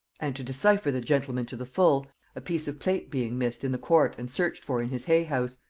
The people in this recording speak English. and, to decypher the gentleman to the full a piece of plate being missed in the court and searched for in his hay-house,